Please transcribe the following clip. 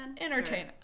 Entertain